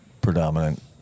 predominant